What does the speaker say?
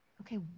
Okay